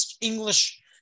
English